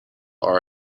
are